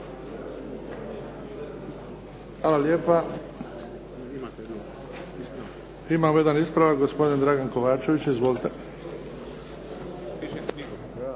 Hvala lijepa. Imamo jedan ispravak. Gospodin Dragan Kovačević. Izvolite.